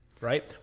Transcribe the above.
right